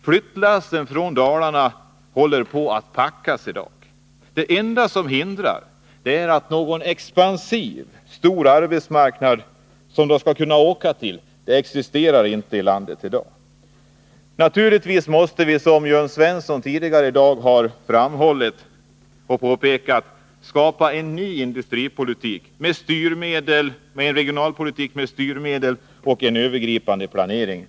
Flyttlassen håller på att packas i Dalarna i dag. Det enda som hindrar detta är att det i dag inte existerar någon expansiv stor arbetsmarknad i landet som de skulle kunna åka till. Vi måste naturligtvis, som Jörn Svensson tidigare i dag har framhållit, skapa en ny industrioch regionalpolitik med styrmedel och en övergripande planering.